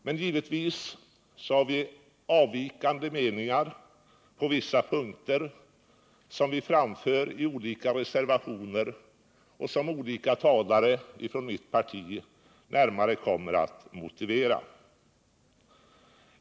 Men givetvis har vi avvikande meningar på vissa punkter, som vi framför i olika reservationer och som andra talare från mitt parti närmare kommer att motivera.